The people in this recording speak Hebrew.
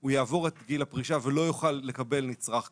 הוא יעבור את גיל הפרישה ולא יוכל לקבל נצרך קדימה.